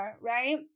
right